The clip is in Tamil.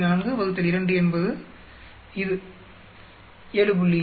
4 2 என்பது இது 7